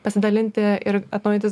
pasidalinti ir atnaujintais